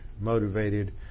motivated